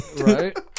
right